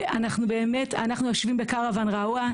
ואנחנו באמת, אנחנו יושבים בקרוואן רעוע.